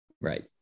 Right